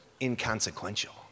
inconsequential